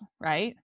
right